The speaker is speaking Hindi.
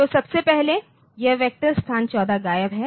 तो सबसे पहले यह वेक्टर स्थान 14 गायब है